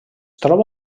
troba